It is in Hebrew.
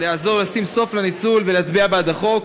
לעזור לשים סוף לניצול ולהצביע בעד החוק.